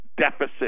deficit